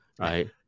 right